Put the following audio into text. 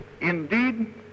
Indeed